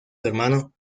hermano